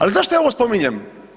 Ali zašto ja ovo spominjem?